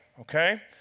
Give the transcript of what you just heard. Okay